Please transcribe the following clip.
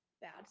bad